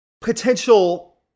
potential